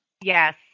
Yes